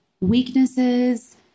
weaknesses